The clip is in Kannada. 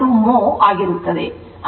12 mho ಆಗಿರುತ್ತದೆ